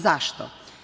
Zašto?